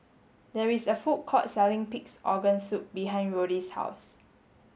there is a food court selling pig's organ soup behind Roddy's house